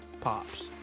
pops